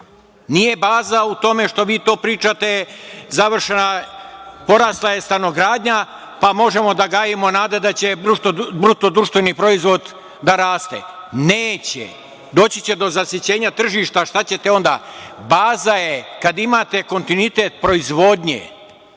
Nije baza u tome što vi to pričate da je porasla stanogradnja, pa možemo da gajimo nade da će BDP da raste. Neće. Doći će do zasićenja tržišta, šta ćete onda? Baza je kada imate kontinuitet proizvodnje,